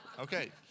Okay